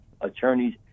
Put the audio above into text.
attorneys